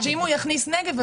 אם הוא יכניס נגב,